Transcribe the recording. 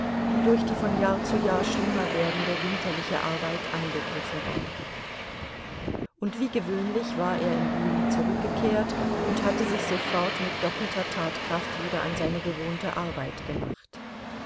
die durch die von jahr zu jahr schlimmer werdende winterliche arbeit angegriffen war und wie gewöhnlich war er im juli zurückgekehrt und hatte sich sofort mit doppelter tatkraft wieder an seine gewohnte arbeit gemacht